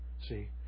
See